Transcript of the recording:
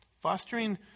Fostering